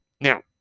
Now